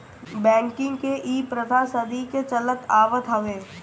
banking के इ प्रथा सदी के चलत आवत हवे